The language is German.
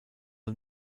the